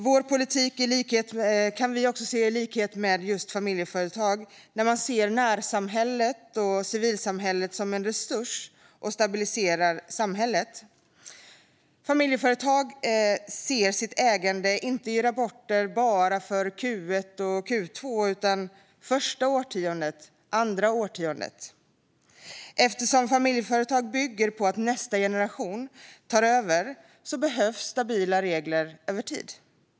Vår politik ser närsamhället och civilsamhället som en resurs som stabiliserar samhället. Familjeföretag ser sitt ägande inte bara i rapporter för Q1 eller Q2 utan första årtiondet och andra årtiondet. Eftersom familjeföretag bygger på att nästa generation tar över behövs stabila regler över tid.